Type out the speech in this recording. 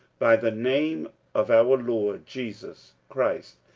by the name of our lord jesus christ,